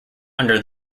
under